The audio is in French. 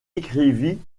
écrivit